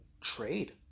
Trade